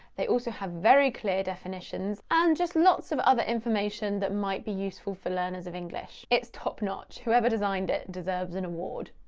they also have very clear definitions and just lots of other information that might be useful for learners of english. it's top notch, whoever designed it deserves an award.